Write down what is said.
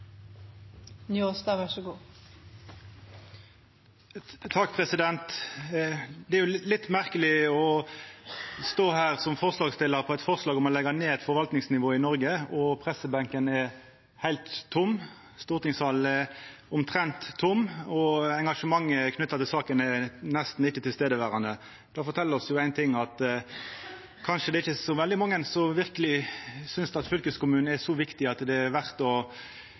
Det er litt merkeleg å stå her som forslagsstillar for eit forslag om å leggja ned eit forvaltningsnivå i Noreg når pressebenken er heilt tom, stortingssalen er omtrent tom og engasjementet knytt til saka nesten ikkje er til stades. Det fortel oss éin ting – at det kanskje ikkje er så veldig mange som verkeleg synest at fylkeskommunen er så viktig at det er verdt å